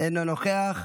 אינו נוכח.